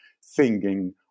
singing